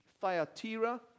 Thyatira